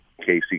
casey